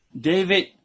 David